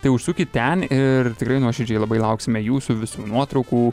tai užsukit ten ir tikrai nuoširdžiai labai lauksime jūsų visų nuotraukų